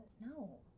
No